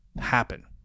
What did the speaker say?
happen